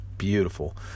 Beautiful